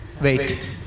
Wait